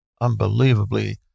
unbelievably